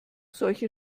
solche